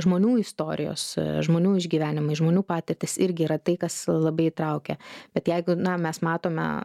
žmonių istorijos žmonių išgyvenimai žmonių patirtys irgi yra tai kas labai įtraukia bet jeigu na mes matome